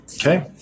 okay